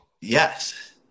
Yes